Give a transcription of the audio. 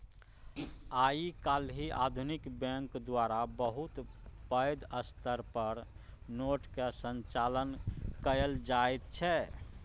आइ काल्हि आधुनिक बैंक द्वारा बहुत पैघ स्तर पर नोटक संचालन कएल जाइत छै